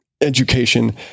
education